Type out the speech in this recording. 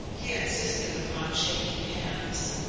he insisted upon shaking hands.